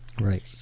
Right